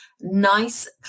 nice